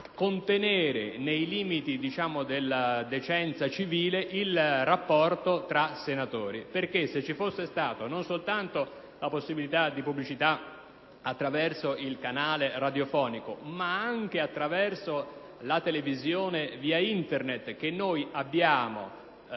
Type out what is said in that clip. contenere nei limiti della decenza civile il rapporto tra i senatori; se ci fosse stata non soltanto la possibilità di pubblicità attraverso il canale radiofonico ma anche attraverso la televisione via Internet, che abbiamo,